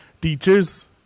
teachers